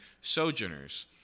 sojourners